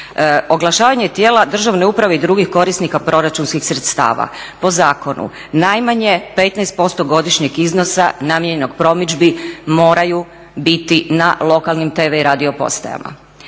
Oglašavanje tijela državne uprave i drugih korisnika proračunskih sredstava po zakonu najmanje 15% godišnjeg iznosa namijenjenog promidžbi moraju biti na lokalnim TV i radio postajama.